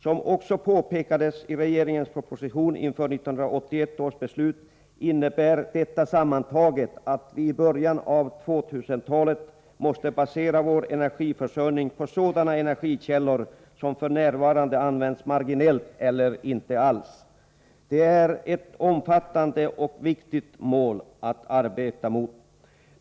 Som också påpekades i regeringens proposition inför 1981 års beslut innebär detta sammantaget att vi i början av 2000-talet måste basera vår energiförsörjning på sådana energikällor som f. n. används marginellt eller inte alls. Det är ett omfattande och viktigt mål att arbeta mot.